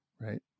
right